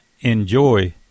enjoy